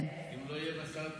אם לא יהיה בשר,